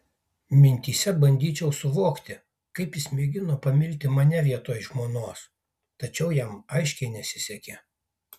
mintyse bandyčiau suvokti kaip jis mėgino pamilti mane vietoj žmonos tačiau jam aiškiai nesisekė